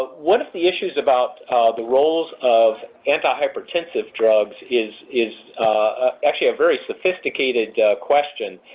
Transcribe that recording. one of the issues about the roles of antihypertensive drugs is is actually a very sophisticated question.